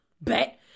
Bet